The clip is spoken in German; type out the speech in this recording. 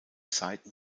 zeiten